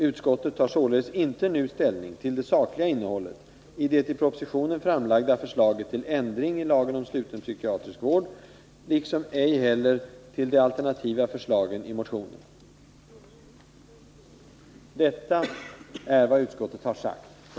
Utskottet tar således inte nu ställning till det sakliga innehållet i det i propositionen framlagda förslaget till ändring i LSPV, liksom ej heller till de alternativa förslagen i motionerna.” Detta är vad utskottet har sagt.